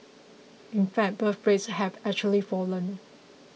in fact birth rates have actually fallen